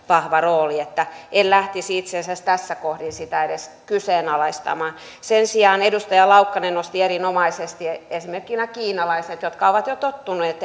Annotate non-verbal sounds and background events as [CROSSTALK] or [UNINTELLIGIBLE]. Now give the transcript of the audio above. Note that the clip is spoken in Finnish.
[UNINTELLIGIBLE] vahva rooli että en lähtisi itse asiassa tässä kohdin sitä edes kyseenalaistamaan sen sijaan edustaja laukkanen nosti erinomaisesti esimerkkinä kiinalaiset jotka ovat jo tottuneet [UNINTELLIGIBLE]